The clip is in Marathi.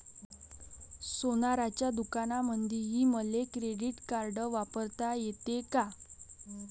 सोनाराच्या दुकानामंधीही मले क्रेडिट कार्ड वापरता येते का?